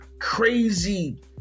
Crazy